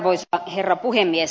arvoisa herra puhemies